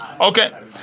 Okay